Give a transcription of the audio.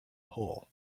pole